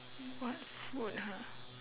what food !huh!